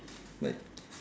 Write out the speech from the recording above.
but